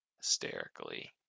hysterically